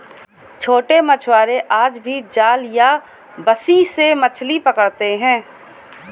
छोटे मछुआरे आज भी जाल या बंसी से मछली पकड़ते हैं